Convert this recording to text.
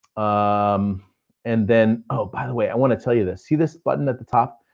um and then, oh by the way, i wanna tell you this. see this button at the top?